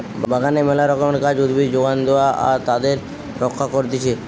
বাগানে মেলা রকমের গাছ, উদ্ভিদ যোগান দেয়া আর তাদের রক্ষা করতিছে